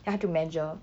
then 他就 measure